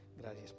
Gracias